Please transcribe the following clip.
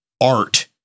art